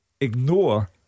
ignore